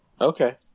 Okay